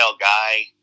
guy